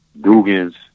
Dugan's